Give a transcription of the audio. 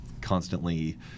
constantly